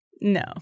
No